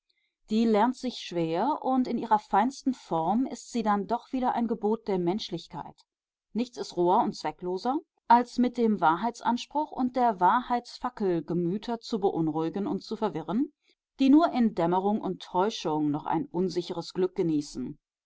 die lernt sich schwer und in ihrer feinsten form ist sie dann doch wieder ein gebot der menschlichkeit nichts ist roher und zweckloser als mit dem wahrheitsanspruch und der wahrheitsfackel gemüter zu beunruhigen und zu verwirren die nur in dämmerung und täuschung noch ein unsicheres glück genießen